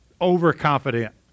overconfident